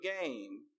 game